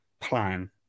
plan